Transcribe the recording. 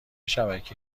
شبکه